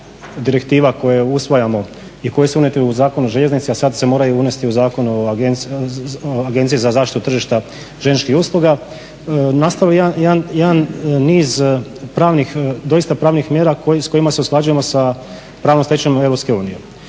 direktiva koja usvajamo i koje su unijete u Zakon o željeznici, a sada se moraju unesti u Zakon o Agenciji za zaštitu tržišta željezničkih usluga nastao jedan niz pravnih doista pravnih mjera s kojima se usklađujemo sa pravnom stečevinom EU.